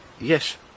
yes